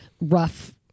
rough